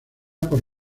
por